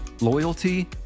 Loyalty